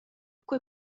quei